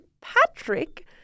Patrick